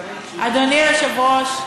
אדוני היושב-ראש,